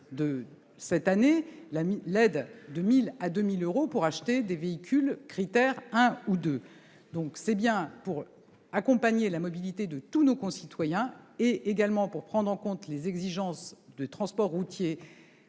de cette année, une aide de 1 000 à 2 000 euros, pour l'achat de véhicules Crit'air 1 ou 2. C'est bien pour accompagner la mobilité de tous nos concitoyens et pour prendre en compte les exigences du transport routier